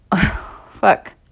Fuck